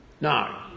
No